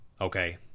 Okay